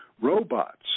robots